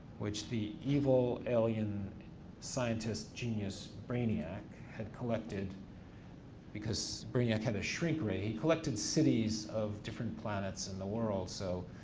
which the evil alien scientist genius brainiac had collected because brainiac had a shrink ray. he collected cities of different planets in the world, so,